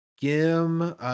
Gim